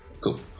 Cool